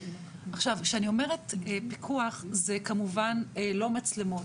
עכשיו כשאני אומרת פיקוח זה כמובן לא מצלמות,